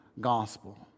gospel